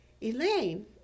Elaine